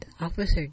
officer